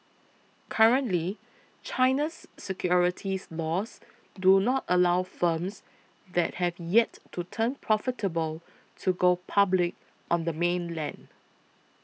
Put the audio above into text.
currently China's securities laws do not allow firms that have yet to turn profitable to go public on the mainland